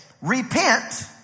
repent